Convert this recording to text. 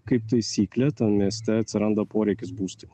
kaip taisyklė mieste atsiranda poreikis būstui